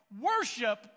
worship